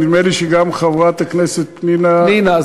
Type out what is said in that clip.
אבל נדמה לי שגם חברת הכנסת פנינה ביקשה.